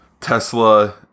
Tesla